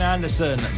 Anderson